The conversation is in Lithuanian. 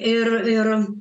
ir ir